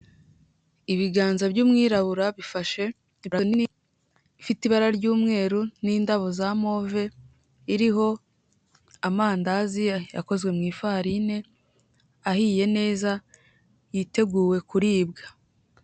Ibiganza by'umwirabura bifashe ipurato nini ifite ibara ry'umweru n'indabo za move, iriho amandazi akozwe mu ifarine, ahiye neza yiteguwe kuribwa.